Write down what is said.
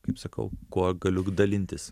kaip sakau kuo galiu dalintis